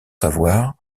savoir